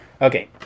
Okay